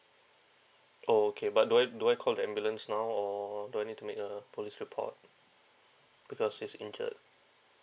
okay but do I do I call the ambulance now or do I need to make a police report because he is injured